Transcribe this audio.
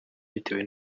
bitewe